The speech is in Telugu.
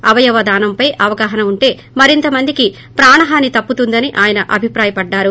అవవయదానంపై అవగాహన ఉంటే మరింతమందికి ప్రాణహాని తప్పుతుందని ఆయన అభిప్రాయపడ్డారు